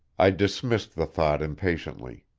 i dismissed the thought impatiently.